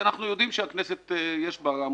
אנחנו יודעים שהכנסת יש בה גם